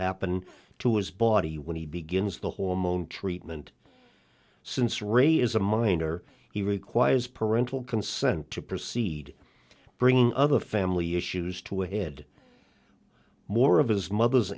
happen to his body when he begins the hormone treatment since ray is a minor he requires parental consent to proceed bringing other family issues to a head more of his mother's